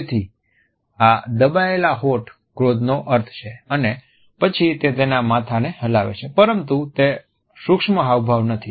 તેથી જ આ દબાયેલા હોઠ ક્રોધનો અર્થ છે અને પછી તે તેના માથાને હલાવે છે પરંતુ તે સૂક્ષ્મ હાવભાવ નથી